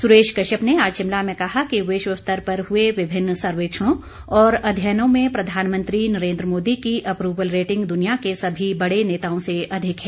सुरेश कश्यप ने आज शिमला में कहा कि विश्व स्तर पर हुए विभिन्न सर्वेक्षणों और अध्ययनों में प्रधानमंत्री नरेंद्र मोदी की अप्रवल रेटिगं दुनिया के सभी बड़े नेताओं से अधिक है